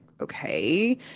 okay